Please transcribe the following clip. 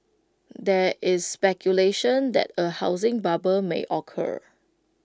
there is speculation that A housing bubble may occur